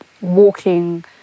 walking